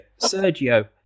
sergio